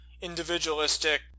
individualistic